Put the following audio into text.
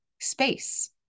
space